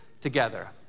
together